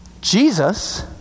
Jesus